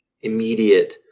immediate